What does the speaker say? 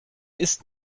ist